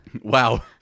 Wow